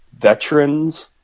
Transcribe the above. veterans